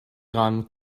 ran